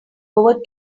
over